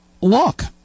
look